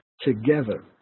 together